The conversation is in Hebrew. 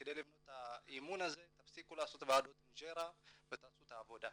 כדי לבנות את האמון הזה תפסיקו לעשות ועדות אינג'רה ותעשו את העבודה.